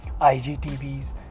IGTVs